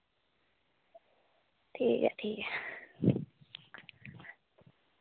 ठीक ऐ ठीक ऐ